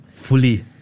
Fully